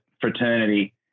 fraternity